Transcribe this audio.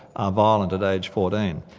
are violent at age fourteen.